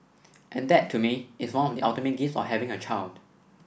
and that to me is one of the ultimate gifts of having a child